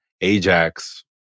Ajax